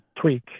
tweak